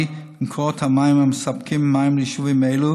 במקורות המים המספקים מים ליישובים אלו,